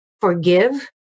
forgive